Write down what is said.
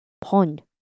pond